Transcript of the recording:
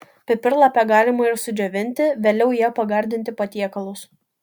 pipirlapę galima ir sudžiovinti vėliau ja pagardinti patiekalus